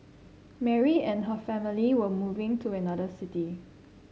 Mary and her family were moving to another city